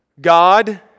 God